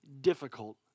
difficult